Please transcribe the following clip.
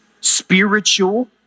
spiritual